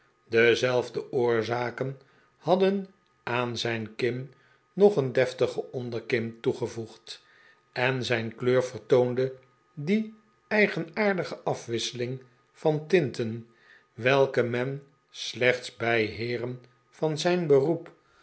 dezelfde oorzaken hadden aan zijn kin nog een deftige onderkin toegevoegd en zijn kleur vertoonde die eigenaardige afwisseling van tinten welke men slechts bij heeren van zijn beroep